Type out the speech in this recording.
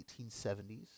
1870s